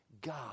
God